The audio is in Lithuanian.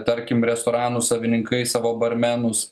tarkim restoranų savininkai savo barmenus